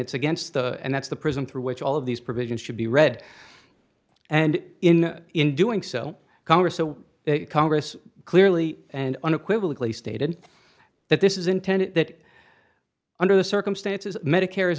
it's against the and that's the prism through which all of these provisions should be read and in in doing so congress so congress clearly and unequivocally stated that this is intended that under the circumstances medicare is